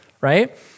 Right